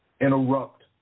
interrupt